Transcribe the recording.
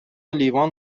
لیوان